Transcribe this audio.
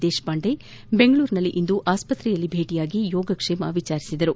ದೇಶಪಾಂಡೆ ಬೆಂಗಳೂರಿನಲ್ಲಿಂದು ಆಸ್ತತ್ರೆಯಲ್ಲಿ ಭೇಟಿಯಾಗಿ ಯೋಗಕ್ಷೇಮ ವಿಚಾರಿಸಿದರು